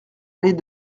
aller